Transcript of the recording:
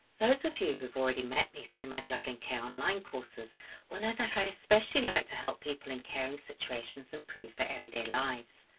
those of you who've already met me through my juggling care online courses will know that i especially like to help people in caring situations improve their everyday lives,